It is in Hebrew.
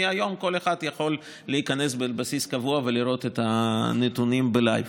מהיום כל אחד יכול להיכנס על בסיס קבוע ולראות את הנתונים בלייב.